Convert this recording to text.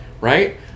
right